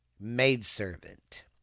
maidservant